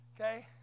Okay